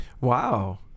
Wow